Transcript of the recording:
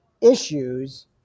issues